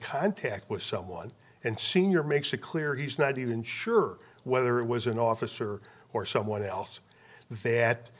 contact with someone and senior makes it clear he's not even sure whether it was an officer or someone else that